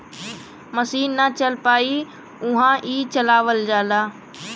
मसीन ना चल पाई उहा ई चलावल जाला